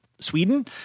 Sweden